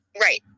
Right